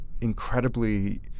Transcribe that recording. incredibly